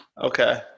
okay